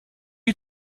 you